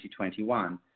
2021